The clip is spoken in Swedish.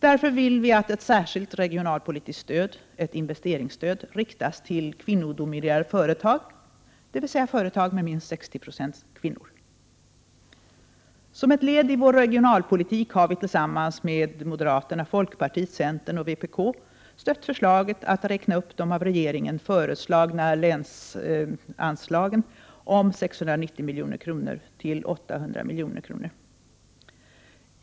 Därför vill vi att ett särskilt regionalpolitiskt stöd — ett investeringsstöd — riktas till kvinnodominerade företag, dvs. företag med minst 60 Ze kvinnor. Som ytterligare led i vår regionalpolitik har vi tillsammans med moderaterna, folkpartiet, centern och vpk stött förslaget att räkna upp de av regeringen föreslagna länsanslagen om 690 milj.kr. till 800 milj.kr.